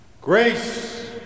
GRACE